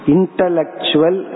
Intellectual